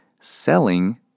selling